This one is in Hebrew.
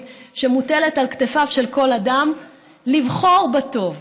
שמוטלת על כתפיו של כל אדם לבחור בטוב,